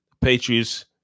Patriots